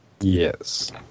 Yes